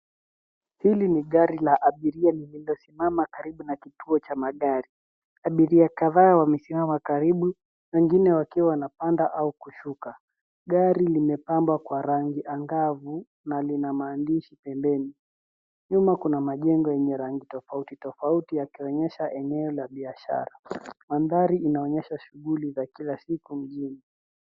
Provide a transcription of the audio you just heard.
Hili ni gari la abiria liliosimama karibu na kituo cha magari. Abiria kadhaa wamesimama karibu, wengine wakiwa wanapanda au kushuka. Gari limepambwa kwa rangi angavu na lina maandishi pembeni. Nyuma kuna majengo yenye rangi tofauti tofauti yakionyesha eneo la biashara. Mandhari inaonyesha shughuli za kila siku mjini.